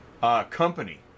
company